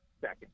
Second